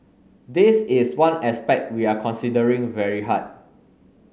this is one aspect we are considering very hard